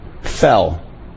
fell